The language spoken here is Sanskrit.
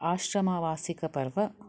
आश्रमवासिकपर्व